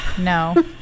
No